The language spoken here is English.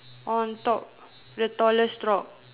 on top the tallest rock